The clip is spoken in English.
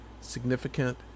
significant